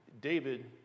David